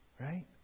Right